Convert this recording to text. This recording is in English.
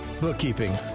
Bookkeeping